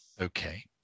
Okay